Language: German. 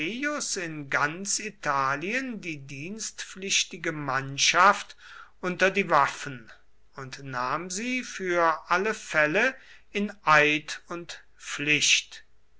in ganz italien die dienstpflichtige mannschaft unter die waffen und nahm sie für alle fälle in eid und pflicht